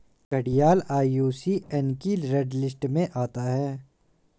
घड़ियाल आई.यू.सी.एन की red list में आता है